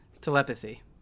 telepathy